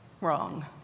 wrong